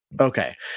Okay